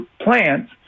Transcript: plants